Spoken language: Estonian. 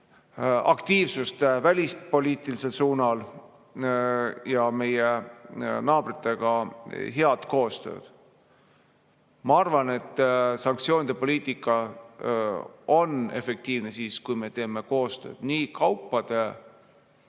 aktiivsust välispoliitilisel suunal ja head koostööd meie naabritega. Ma arvan, et sanktsioonide poliitika on efektiivne siis, kui me teeme koostööd nii kaupade